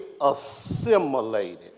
assimilated